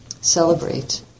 celebrate